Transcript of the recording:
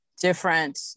different